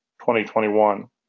2021